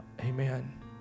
Amen